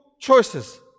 choices